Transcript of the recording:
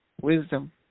Wisdom